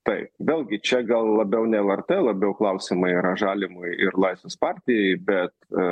taip vėlgi čia gal labiau ne lrt labiau klausimai yra žalimui ir laisvės partijai bet